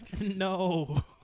No